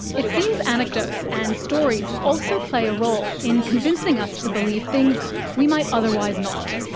it seems anecdotes and stories also play a role in convincing us to believe things we might otherwise not.